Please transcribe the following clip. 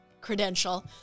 credential